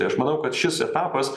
tai aš manau kad šis etapas